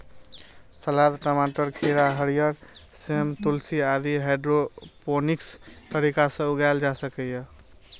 सलाद, टमाटर, खीरा, हरियर सेम, तुलसी आदि हाइड्रोपोनिक्स तरीका सं उगाएल जा सकैए